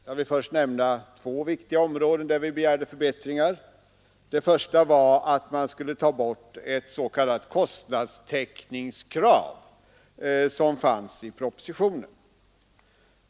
Jag vill först nämna två viktiga områden, där vi begärde förbättringar. Det första var att man skulle ta bort s.k. kostnadstäckningskrav, som fanns i propositionen.